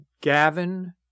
Gavin